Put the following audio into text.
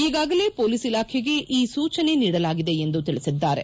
ಈಗಾಗಲೇ ಮೊಲೀಸ್ ಇಲಾಖೆಗೆ ಈ ಸೂಚನೆ ನೀಡಲಾಗಿದೆ ಎಂದು ತಿಳಿಸಿದ್ದಾರೆ